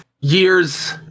years